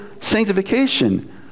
sanctification